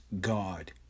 God